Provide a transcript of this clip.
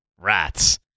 Rats